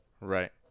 Right